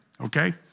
Okay